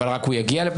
הינה,